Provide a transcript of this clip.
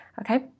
okay